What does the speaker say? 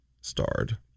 starred